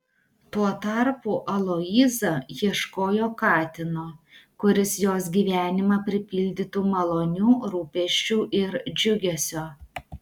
tuo tarpu aloyza ieškojo katino kuris jos gyvenimą pripildytų malonių rūpesčių ir džiugesio